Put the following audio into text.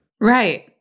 Right